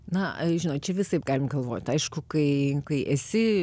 na žinot visaip galim galvot aišku kai kai esi